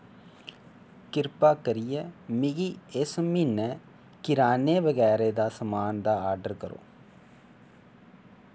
किरपा करियै मिगी इस म्हीनै किराने बगैरा दे समान दा आर्डर करो